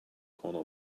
corner